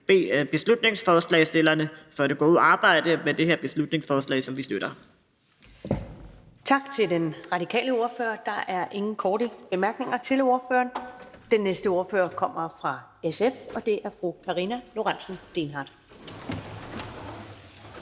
beslutningsforslagsstillerne for det gode arbejde med det her beslutningsforslag, som vi støtter.